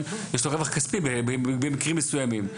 יש לו רווח כספי במקרים מסוימים.